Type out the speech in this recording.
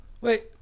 Wait